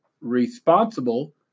responsible